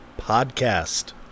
Podcast